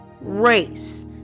race